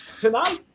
Tonight